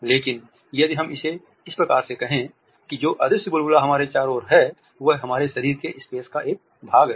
लेकिन यदि हम इसे इस प्रकार कहें कि जो अदृश्य बुलबुला हमारे चारों ओर है वह हमारे शारीर के स्पेस का एक भाग है